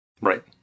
Right